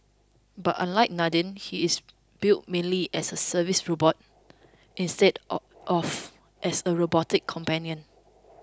but unlike Nadine he is built mainly as a service robot instead of as a robotic companion